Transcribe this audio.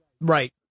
Right